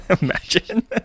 Imagine